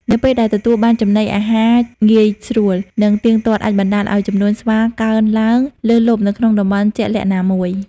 នៅពេលដែលទទួលបានចំណីអាហារងាយស្រួល និងទៀងទាត់អាចបណ្ដាលឱ្យចំនួនស្វាកើនឡើងលើសលប់នៅក្នុងតំបន់ជាក់លាក់ណាមួយ។